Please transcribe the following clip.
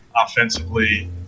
Offensively